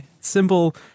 simple